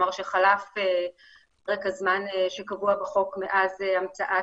חלף פרק הזמן שקבוע בחוק מאז המצאת